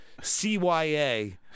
CYA